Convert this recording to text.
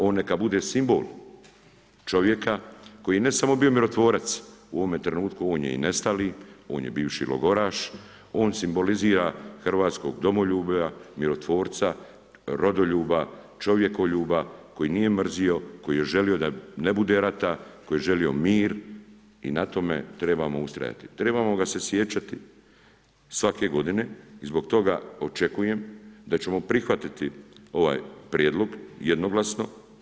Ovo neka bude simbol čovjeka koji je ne samo da je bio mirotvorac, u ovom trenutku on je i nestali, on je bivši logoraš, on simbolizira hrvatsko domoljublje, mirotvorca, rodoljuba, čovjekoljuba koji nije mrzio, koji je želio da ne bude rata, koji je želio mir i na tome trebamo ustrajati, trebamo ga se sjećati svake godine i zbog toga očekujem da ćemo prihvatiti ovaj prijedlog jednoglasno.